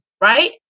right